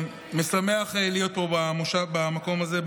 משמח להיות פה במקום הזה.